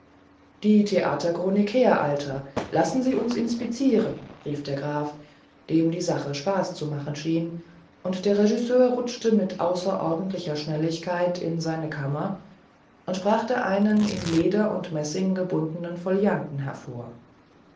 die theaterchronik her alter lassen sie uns inspizieren rief der graf dem die sache spaß zu machen schien und der regisseur rutschte mit außerordentlicher schnelligkeit in seine kammer und brachte einen in leder und messing gebundenen folianten hervor